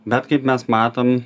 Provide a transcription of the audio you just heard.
bet kaip mes matom